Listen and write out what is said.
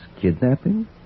kidnapping